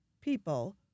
people